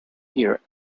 here